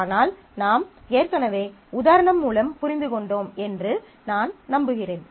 ஆனால் நாம் ஏற்கனவே உதாரணம் மூலம் புரிந்து கொண்டோம் என்று நாம் நம்புகிறேன்